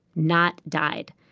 not died.